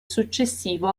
successivo